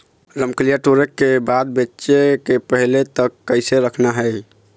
रमकलिया टोरे के बाद बेंचे के पहले तक कइसे रखना हे?